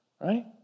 Right